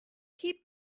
keep